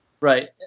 Right